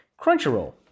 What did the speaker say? Crunchyroll